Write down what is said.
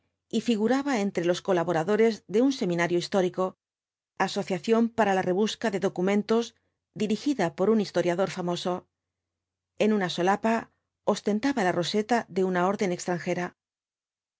y figuraba entre los colaboradores de un seminario histórico asociación para la rebusca de documentos dirigida por un historiador famoso en una solapa ostentaba la roseta de una orden extranjera